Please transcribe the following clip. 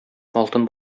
алтын